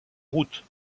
route